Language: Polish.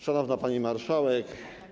Szanowna Pani Marszałek!